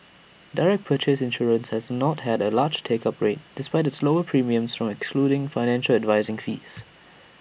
direct purchase insurance has not had A large take up rate despite its lower premiums from excluding financial advising fees